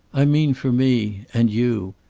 i mean for me and you.